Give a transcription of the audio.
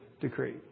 decree